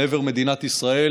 לעבר מדינת ישראל.